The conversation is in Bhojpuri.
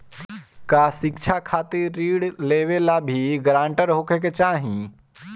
का शिक्षा खातिर ऋण लेवेला भी ग्रानटर होखे के चाही?